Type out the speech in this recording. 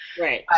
Right